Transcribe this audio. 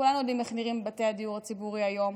כולם יודעים איך נראים בתי הדיור הציבורי היום: